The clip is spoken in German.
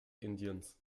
indiens